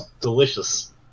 delicious